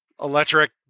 Electric